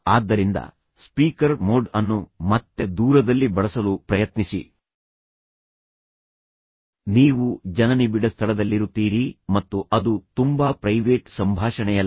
ಆದ್ದರಿಂದ speaker mode ಅನ್ನು ಮತ್ತೆ ದೂರದಲ್ಲಿ ಬಳಸಲು ಪ್ರಯತ್ನಿಸಿ ನೀವು ಜನನಿಬಿಡ ಸ್ಥಳದಲ್ಲಿರುತ್ತೀರಿ ಮತ್ತು ಅದು ತುಂಬಾ ಪ್ರೈವೇಟ್ ಸಂಭಾಷಣೆಯಲ್ಲ